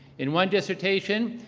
in one dissertation,